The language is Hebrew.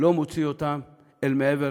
לא מוציא אותם מעבר